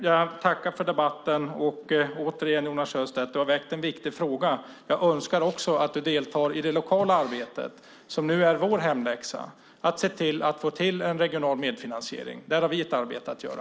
Jag tackar för debatten här. Återigen, Jonas Sjöstedt: Du har väckt en viktig fråga. Jag önskar att du också deltar i det lokala arbetet. Det är nu vår hemläxa att se till att få till en regional medfinansiering. Där har vi ett arbete att göra.